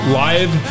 live